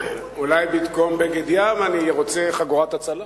אולי במקום בגד-ים אני רוצה חגורת הצלה.